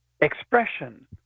expression